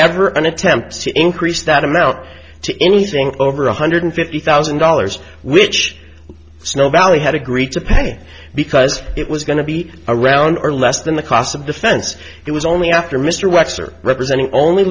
ever an attempt to increase that amount to anything over one hundred fifty thousand dollars which snow valley had agreed to pay because it was going to be around or less than the cost of defense it was only after mr webster representing only